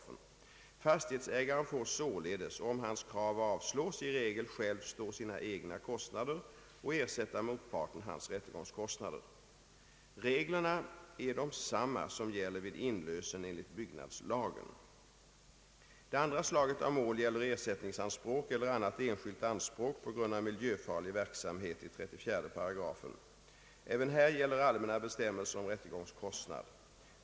Fastighetsägaren får således, om hans krav avslås, i regel själv stå sina egna kostnader och ersätta motparten hans rättegångskostnader. Reglerna är desamma som gäller vid inlösen enligt byggnadslagen. Det andra slaget av mål gäller ersättningsanspråk eller annat enskilt anspråk på grund av miljöfarlig verksamhet . Även här gäller allmänna bestämmelser om rättegångskostnad.